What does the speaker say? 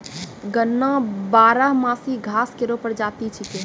गन्ना बारहमासी घास केरो प्रजाति छिकै